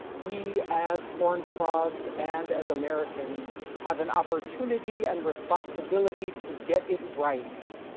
we as horned frogs, and as americans have an opportunity and responsibility to get it right.